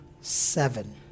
seven